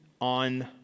on